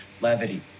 levity